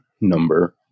number